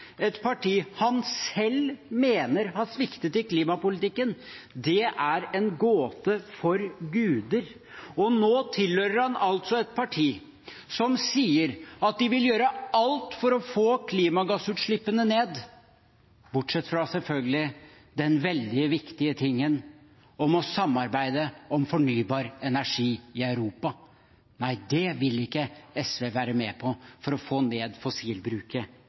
et parti han selv mener har sviktet i klimapolitikken, er en gåte for guder. Nå tilhører han et parti som sier at de vil gjøre alt for å få klimagassutslippene ned, bortsett fra – selvfølgelig – den veldig viktige tingen å samarbeide om fornybar energi i Europa. Nei, det vil ikke SV være med på for å få ned fossilbruket